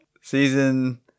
Season